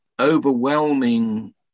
overwhelming